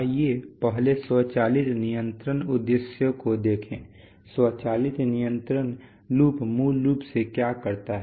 आइए पहले स्वचालित नियंत्रण उद्देश्यों को देखें स्वचालित नियंत्रण लूप मूल रूप से क्या करता है